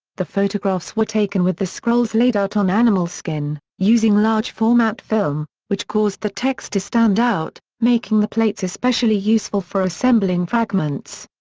the photographs were taken with the scrolls laid out on animal skin, using large format film, which caused the text to stand out, making the plates especially useful for assembling fragments.